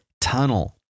tunnel